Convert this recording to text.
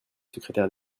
secrétaire